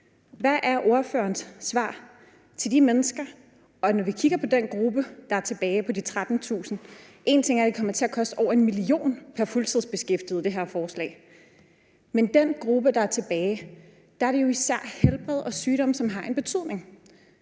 Hvad er ordførerens svar til de mennesker? Vi kan kigge på den gruppe på de 13.000, der er tilbage. Én ting er, at det her forslag kommer til at koste over 1 mio. kr. pr. fuldtidsbeskæftiget, men for den gruppe, der er tilbage, er det jo især helbred og sygdom, som har en betydning.